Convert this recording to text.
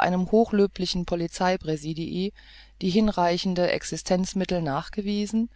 einem hochlöblichen polizei präsidii die hinreichende existenzmittel nachgewiesen